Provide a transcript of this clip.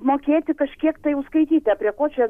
mokėti kažkiek tai jau skaityti prie ko čia